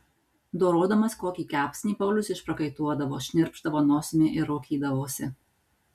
dorodamas kokį kepsnį paulius išprakaituodavo šnirpšdavo nosimi ir raukydavosi